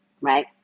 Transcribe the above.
right